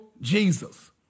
Jesus